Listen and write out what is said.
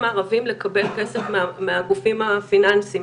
הערבים לקבל כסף מהגופים הפיננסיים,